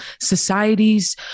societies